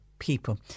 people